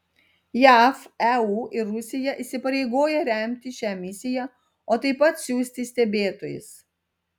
jav eu ir rusija įsipareigoja remti šią misiją o taip pat siųsti stebėtojus